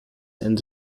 and